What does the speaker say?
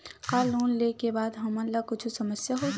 का लोन ले के बाद हमन ला कुछु समस्या होही?